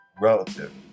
relative